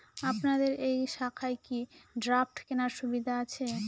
আপনাদের এই শাখায় কি ড্রাফট কেনার সুবিধা আছে?